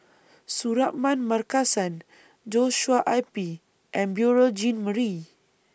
Suratman Markasan Joshua Ip and Beurel Jean Marie